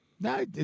No